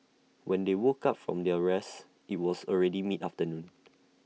when they woke up from their rest IT was already mid afternoon